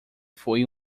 foi